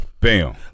Bam